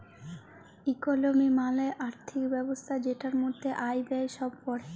ইকলমি মালে আর্থিক ব্যবস্থা জেটার মধ্যে আয়, ব্যয়ে সব প্যড়ে